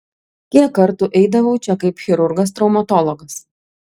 kiek kartų eidavau čia kaip chirurgas traumatologas